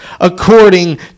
according